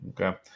Okay